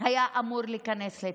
היה אמור להיכנס לתוקף.